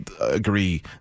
agree